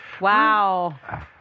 Wow